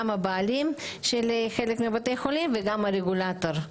הבעלים של חלק מבתי החולים וגם הרגולטור.